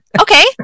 okay